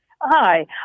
Hi